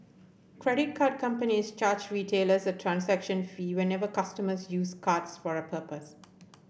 credit card companies charge retailers a transaction fee whenever customers use cards for a purpose